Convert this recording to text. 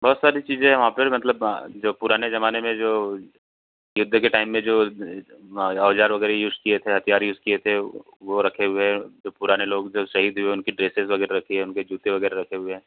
बहुत सारी चीज़ें हैं वहाँ पर मतलब जो पुराने ज़माने में जो युद्ध के टाइम में जो औजार वगैरह यूज़ किए थे हथियार यूज़ किए थे वो रखे हुए हैं जो पुराने लोग जो सही थी उनकी ड्रेसेस वगैरह रखी हैं उनके जूते वगैरह रखे हुए हैं